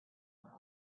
for